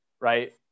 right